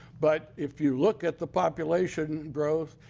but if you look at the population growth,